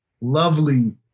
lovely